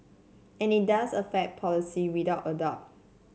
and it does affect policy without a doubt